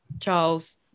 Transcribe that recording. Charles